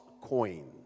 Coin